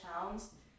towns